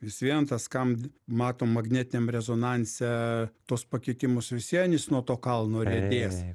vis vien tas ką matom magnetiniam rezonanse tuos pakeitimus vis vien jis nuo to kalno riedės